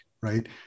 right